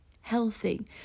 healthy